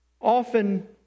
often